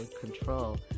control